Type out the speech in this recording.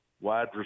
wide